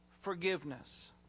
forgiveness